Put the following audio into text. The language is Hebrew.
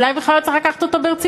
אולי בכלל לא צריך לקחת אותו ברצינות,